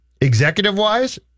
executive-wise